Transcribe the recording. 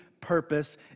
purpose